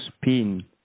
spin